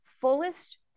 fullest